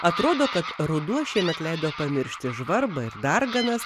atrodo kad ruduo šiemet leido pamiršti žvarbą ir darganas